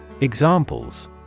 Examples